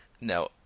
No